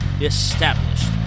Established